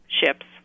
ships